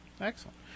Excellent